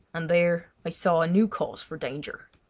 and there i saw new cause for danger.